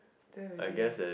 don't really